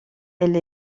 elle